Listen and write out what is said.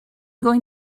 going